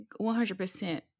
100%